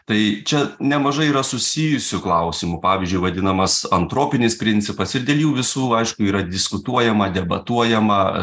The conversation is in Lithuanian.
tai čia nemažai yra susijusių klausimų pavyzdžiui vadinamas antropinis principas ir dėl jų visų aišku yra diskutuojama debatuojama